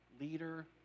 leader